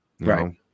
Right